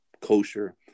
kosher